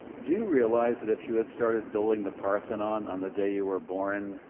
do you realize that if you had started building the parthenon on the day you were born,